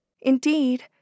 Indeed